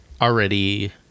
already